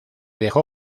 dejó